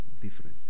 different